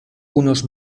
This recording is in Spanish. unos